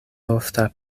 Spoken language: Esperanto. ofta